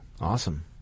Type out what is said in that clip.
Awesome